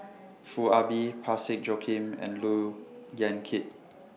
Foo Ah Bee Parsick Joaquim and Look Yan Kit